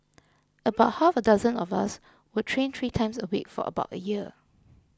about half a dozen of us would train three times a week for about a year